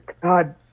God